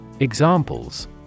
examples